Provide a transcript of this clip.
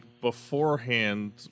beforehand